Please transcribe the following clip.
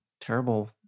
terrible